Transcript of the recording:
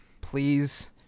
Please